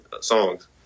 songs